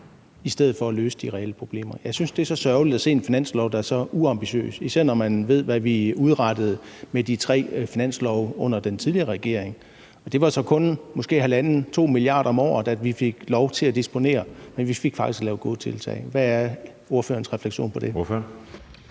i stedet for at løse de reelle problemer. Jeg synes, det er så sørgeligt at se et finanslovsforslag, der er så uambitiøst, især når man ved, hvad vi udrettede med de tre finanslove under den tidligere regering. Det var så kun måske 1,5-2 mia. kr. om året, vi fik lov til at disponere over, men vi fik faktisk lavet gode tiltag. Hvad er ordførerens refleksion over det?